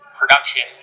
production